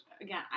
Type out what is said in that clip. again